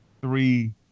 three